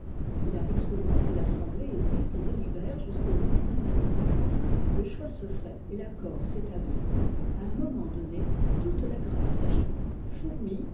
il arrive souvent que l'assemblée hésite et délibère jusqu'au lendemain matin enfin le choix se fait et l'accord s'établit a un moment donné toute ja grappe s'agite fourmille